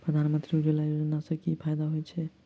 प्रधानमंत्री उज्जवला योजना सँ की फायदा होइत अछि?